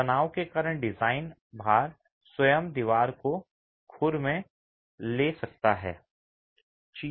तनाव के कारण डिजाइन भार स्वयं दीवार को खुर में ले सकता है